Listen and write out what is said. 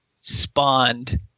spawned